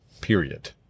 period